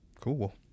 Cool